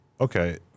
okay